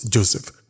Joseph